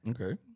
okay